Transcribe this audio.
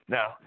Now